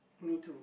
me too